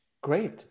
great